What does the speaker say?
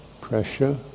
pressure